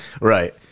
Right